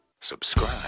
Subscribe